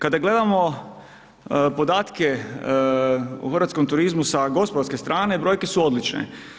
Kada gledamo podatke u hrvatskom turizmu sa gospodarske strane, brojke su odlične.